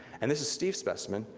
and this is steve's specimen,